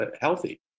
healthy